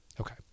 Okay